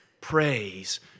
praise